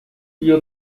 بیا